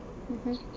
mmhmm